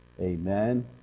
Amen